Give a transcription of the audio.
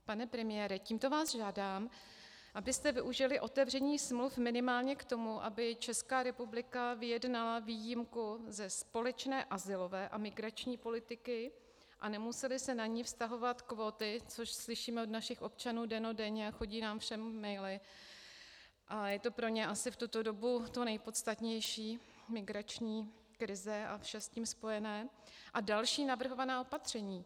Pane premiére, tímto vás žádám, abyste využili otevření smluv minimálně k tomu, aby Česká republika vyjednala výjimku ze společné azylové a migrační politiky a nemusely se na ni vztahovat kvóty což slyšíme od našich občanů dennodenně a chodí nám všem maily a je to pro ně asi v tuto dobu to nejpodstatnější, migrační krize a vše s tím spojené a další navrhovaná opatření.